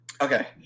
okay